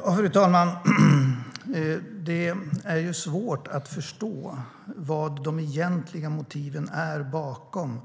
Fru talman! Det är svårt att förstå vilka de egentliga motiven är bakom